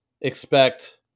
expect